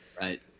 Right